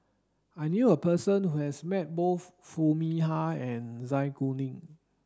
I knew a person who has met both Foo Mee Har and Zai Kuning